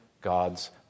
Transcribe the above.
God's